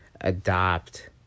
adopt